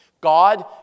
God